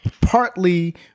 partly